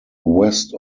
west